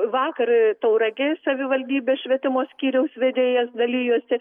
vakar tauragės savivaldybės švietimo skyriaus vedėjas dalijosi